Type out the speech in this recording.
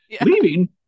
Leaving